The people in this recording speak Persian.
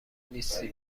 نیستی